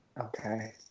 Okay